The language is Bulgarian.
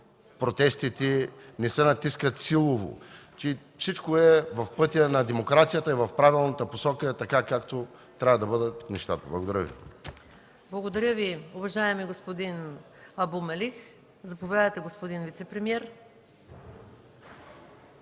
протестите не се натискат силово, че всичко е в пътя на демокрацията и в правилната посока, така както трябва да бъдат нещата? Благодаря Ви. ПРЕДСЕДАТЕЛ МАЯ МАНОЛОВА: Благодаря, уважаеми господин Абу Мелих. Заповядайте, господин вицепремиер.